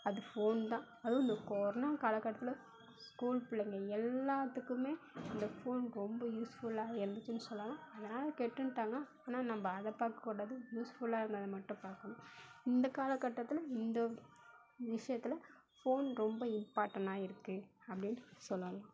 அது ஃபோன் தான் அதுவும் இந்த கொரோனா காலகட்டத்தில் ஸ்கூல் பிள்ளைங்க எல்லாத்துக்குமே இந்த ஃபோன் ரொம்ப யூஸ்ஃபுல்லாக இருந்துச்சின்னு சொல்லலாம் அதனால் கெட்டுட்டாங்க ஆனால் நம்ம அதை பார்க்கக்கூடாது யூஸ்ஃபுல்லாக இருந்ததை மட்டும் பார்க்கணும் இந்த காலகட்டத்தில் இந்த விஷயத்துல ஃபோன் ரொம்ப இம்பார்ட்டனாக இருக்குது அப்படின்னு சொல்லலாம்